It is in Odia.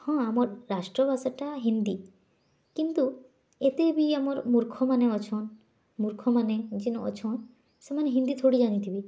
ହଁ ଆମର୍ ରାଷ୍ଟ୍ରଭାଷାଟା ହିନ୍ଦୀ କିନ୍ତୁ ଏତେବି ଆମର୍ ମୂର୍ଖମାନେ ଅଛନ୍ ମୂର୍ଖମାନେ ଯେନ୍ ଅଛନ୍ ସେମାନେ ହିନ୍ଦୀ ଥୋଡ଼ି ଜାଣିଥିବେ